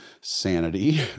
sanity